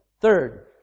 Third